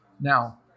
Now